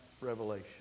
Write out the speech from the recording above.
revelation